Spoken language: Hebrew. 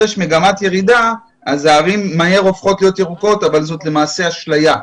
יש מגמת ירידה אז הערים מהר הופכות להיות ירוקות אבל זו למעשה אשליה.